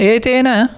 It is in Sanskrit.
एतेन